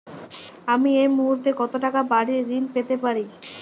আমি এই মুহূর্তে কত টাকা বাড়ীর ঋণ পেতে পারি?